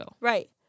Right